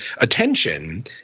attention